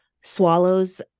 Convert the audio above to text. swallows